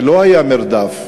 שלא היה מרדף,